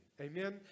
Amen